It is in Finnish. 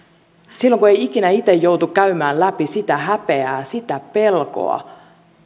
silloin kun ei ikinä itse joudu käymään läpi sitä häpeää sitä pelkoa